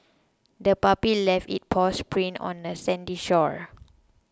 the puppy left its paw prints on the sandy shore